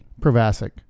Provasic